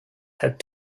had